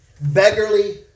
beggarly